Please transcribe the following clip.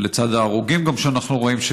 ולצד ההרוגים שאנחנו רואים,